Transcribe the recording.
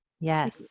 Yes